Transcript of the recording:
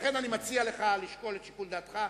לכן, אני מציע לך לשקול את שיקול דעתך.